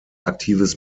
aktives